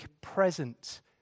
present